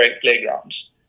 playgrounds